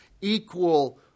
equal